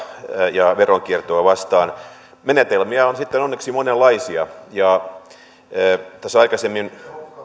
ja veronkiertoa vastaan menetelmiä on sitten onneksi monenlaisia ja aikaisemmin